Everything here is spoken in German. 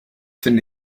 finde